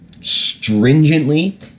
stringently